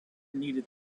needed